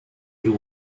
you